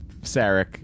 Sarek